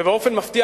ובאופן מפתיע,